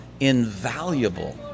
invaluable